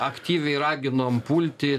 aktyviai raginom pulti